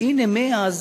והנה, מאז,